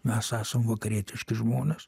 mes esam vakarietiški žmonės